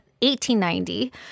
1890